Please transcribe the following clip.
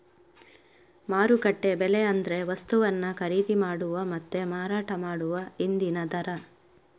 ಮಾರುಕಟ್ಟೆ ಬೆಲೆ ಅಂದ್ರೆ ವಸ್ತುವನ್ನ ಖರೀದಿ ಮಾಡುವ ಮತ್ತೆ ಮಾರಾಟ ಮಾಡುವ ಇಂದಿನ ದರ